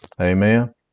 Amen